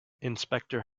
inspector